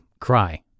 cry